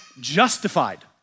justified